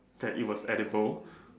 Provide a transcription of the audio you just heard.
that it was edible